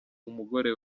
umugore